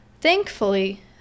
thankfully